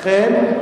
לכן,